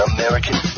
American